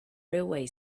railway